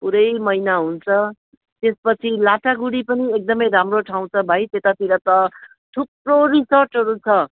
पुरै महिना हुन्छ त्यसपछि लाटागुडी पनि एकदमै राम्रो ठाउँ छ भाइ त्यतातिर त थुप्रो रिजर्टहरू छ